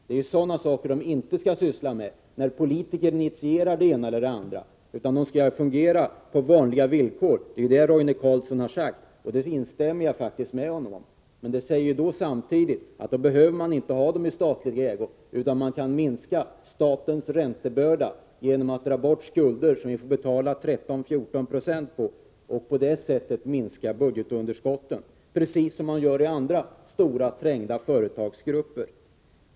Det är ju sådant de inte skall syssla med — när politiker initierar det ena eller det andra — utan de skall fungera på vanliga villkor. Detta har Roine Carlsson sagt, och det instämmer jag faktiskt i. Det betyder att man inte behöver ha dessa företag i statlig ägo, utan man kan minska statens räntebörda genom att dra bort skulder som vi får betala 13-14 90 ränta på. På detta sätt skulle man minska budgetunderskottet, precis som man minskar underskottet i andra stora trängda företagsgrupper.